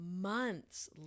months